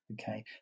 okay